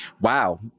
wow